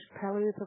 palliative